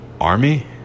Army